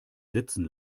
sitzen